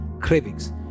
cravings